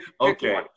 okay